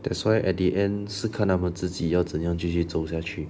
that's why at the end 是看他们自己要怎么样继续走下去